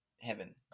heaven